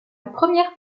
première